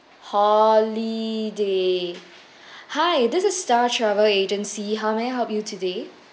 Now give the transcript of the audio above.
holiday hi this is star travel agency how may I help you today